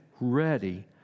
ready